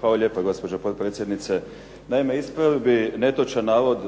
Hvala lijepa gospođo potpredsjednice. Naime, ispravio bih netočan navod